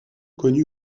connu